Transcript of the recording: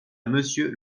monsieur